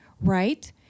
right